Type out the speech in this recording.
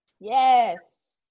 Yes